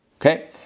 Okay